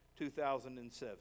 2007